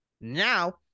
Now